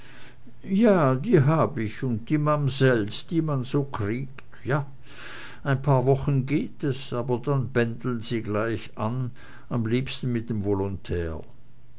ja die hab ich und die mamsells die man so kriegt ja ein paar wochen geht es aber dann bändeln sie gleich an am liebsten mit nem volontär